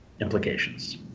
implications